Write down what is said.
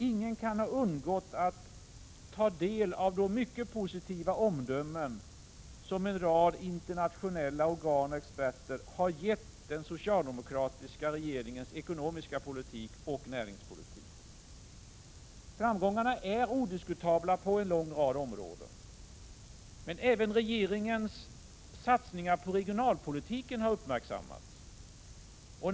Ingen kan ha undgått att ta del av de mycket positiva omdömen som en rad internationella experter och organ har gjort om den socialdemokratiska regeringens ekonomiska politik och näringspolitik. Framgångarna är odiskutabla på en lång rad områden. Men även regeringens satsningar på regionalpolitiken har uppmärksammats.